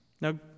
Now